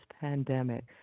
pandemic